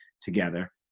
together